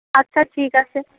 আচ্ছা ঠিক আছে